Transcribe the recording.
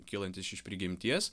kylantis iš prigimties